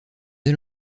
dès